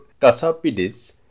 Kasapidis